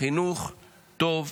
חינוך טוב,